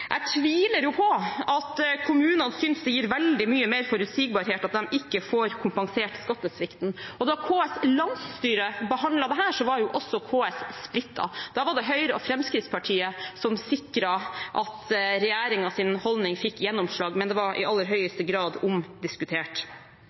Jeg tviler på at kommunene synes det gir veldig mye mer forutsigbarhet at de ikke får kompensert skattesvikten. Da KS’ landsstyre behandlet dette, var KS splittet. Da var det Høyre og Fremskrittspartiet som sikret at regjeringens holdning fikk gjennomslag, men det var i aller